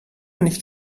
nicht